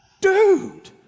dude